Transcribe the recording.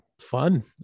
fun